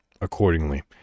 accordingly